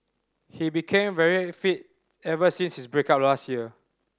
he became very fit ever since his break up last year